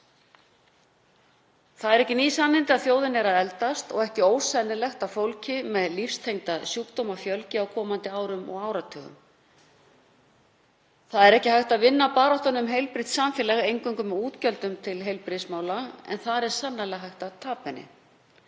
Það eru ekki ný sannindi að þjóðin er að eldast og ekki ósennilegt að fólki með lífsstílstengda sjúkdóma fjölgi á komandi árum og áratugum. Það er ekki hægt að vinna baráttuna um heilbrigt samfélag eingöngu með útgjöldum til heilbrigðismála en þar er sannarlega hægt að tapa henni.